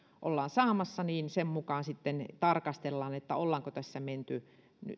ollaan saamassa niin sen mukaan sitten tarkastellaan ollaanko tässä menty